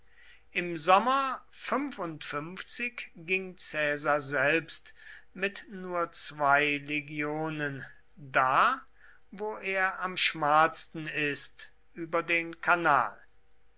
im sommer ging caesar selbst mit nur zwei legionen da wo er am schmalsten ist über den kanal